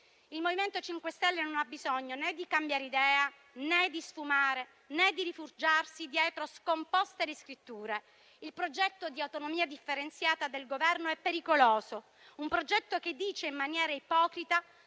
Il MoVimento 5 Stelle non ha bisogno né di cambiare idea, né di sfumare, né di rifugiarsi dietro scomposte riscritture. Il progetto di autonomia differenziata del Governo è pericoloso: un progetto che dice in maniera ipocrita